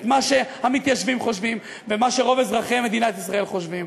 את מה שהמתיישבים חושבים ומה שרוב אזרחי מדינת ישראל חושבים.